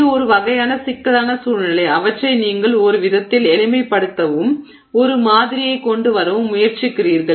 இது ஒரு வகையான சிக்கலான சூழ்நிலை அவற்றை நீங்கள் ஒருவிதத்தில் எளிமைப்படுத்தவும் ஒரு மாதிரியைக் கொண்டு வரவும் முயற்சிக்கிறீர்கள்